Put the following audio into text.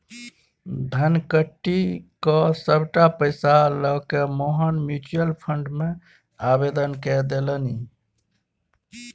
धनकट्टी क सभटा पैसा लकए मोहन म्यूचुअल फंड मे आवेदन कए देलनि